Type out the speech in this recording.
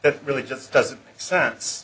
it really just doesn't make sense